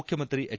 ಮುಖ್ಯಮಂತ್ರಿ ಎಚ್